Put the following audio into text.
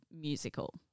musical